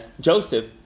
Joseph